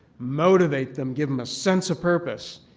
motivate them, give them a sense of purpose,